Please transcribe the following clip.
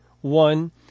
one